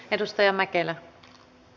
arvoisa puhemies